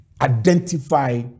identify